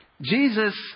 Jesus